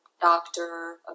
doctor